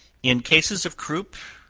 in cases of croup,